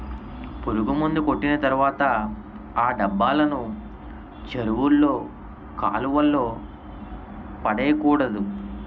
పురుగుమందు కొట్టిన తర్వాత ఆ డబ్బాలను చెరువుల్లో కాలువల్లో పడేకూడదు